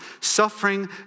suffering